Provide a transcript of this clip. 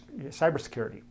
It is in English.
cybersecurity